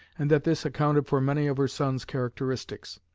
and that this accounted for many of her son's characteristics.